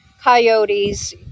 coyotes